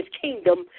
kingdom